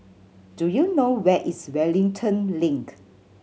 do you know where is Wellington Link